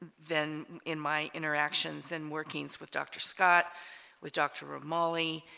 than in my interactions and workings with dr. scott with dr. o'malley